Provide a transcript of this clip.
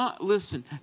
listen